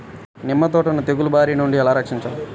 నిమ్మ తోటను తెగులు బారి నుండి ఎలా రక్షించాలి?